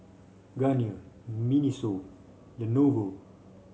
Garnier Miniso Lenovo